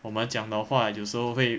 我们讲的话有时候会